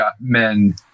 men